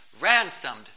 ransomed